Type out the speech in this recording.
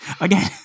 Again